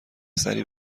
سری